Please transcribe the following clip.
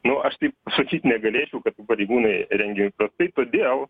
nu aš taip sakyt negalėčiau kad pareigūnai rengiami prastai todėl